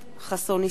חסון,